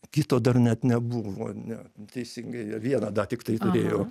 kito dar net nebuvo ne teisingai vieną dar tiktai turėjo